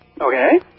Okay